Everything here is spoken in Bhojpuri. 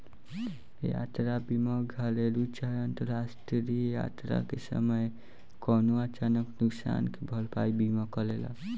यात्रा बीमा घरेलु चाहे अंतरराष्ट्रीय यात्रा के समय कवनो अचानक नुकसान के भरपाई बीमा करेला